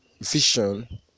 vision